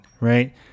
right